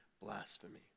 blasphemy